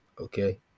Okay